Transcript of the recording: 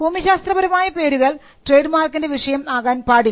ഭൂമിശാസ്ത്രപരമായ പേരുകൾ ട്രേഡ് മാർക്കിൻറെ വിഷയം ആകാൻ പാടില്ല